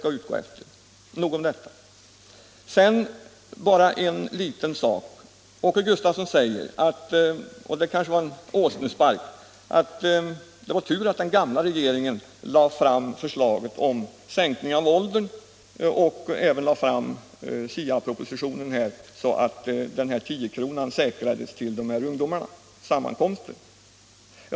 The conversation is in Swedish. Åke Gustavsson säger — och det kanske var en åsnespark — att det var tur att den gamla regeringen lade fram förslaget om sänkning av åldersgränsen och även lade fram SIA-propositionen, så att tiokronan säkrades till dessa ungdomars sammankomster.